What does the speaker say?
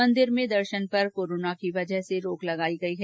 मंदिर में दर्शन पर कोरोना की वजह से रोग लगाई गई है